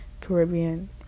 caribbean